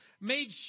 made